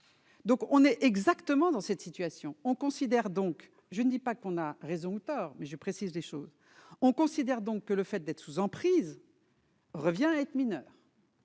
donc on est exactement dans cette situation, on considère donc je ne dis pas qu'on a raison ou tort mais je précise des choses, on considère donc que le fait d'être sous emprise. Revient à être mineur.